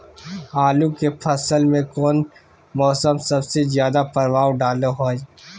आलू के फसल में कौन मौसम सबसे ज्यादा प्रभाव डालो हय?